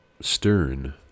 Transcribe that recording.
stern